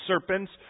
Serpents